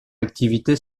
activité